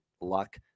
luck